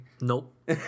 Nope